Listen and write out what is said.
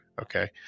Okay